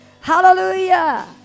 Hallelujah